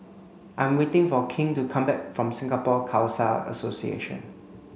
I'm waiting for King to come back from Singapore Khalsa Association